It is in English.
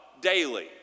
daily